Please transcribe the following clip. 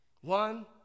One